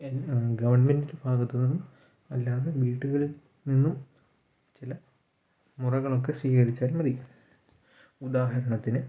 ഗവൺമെൻ്റിൻ്റെ ഭാഗത്തു നിന്ന് അല്ലാണ്ട് വീട്ടുകളിൽ നിന്നും ചില മുറകളൊക്കെ സ്വീകരിച്ചാൽ മതി ഉദാഹരണത്തിന്